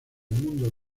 mundos